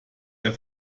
der